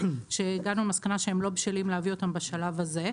שהגענו למסקנה שהם לא בשלים להביא אותם בשלב הזה.